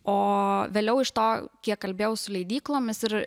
o vėliau iš to kiek kalbėjau su leidyklomis ir